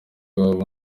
iwabo